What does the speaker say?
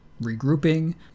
regrouping